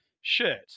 shirt